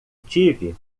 tive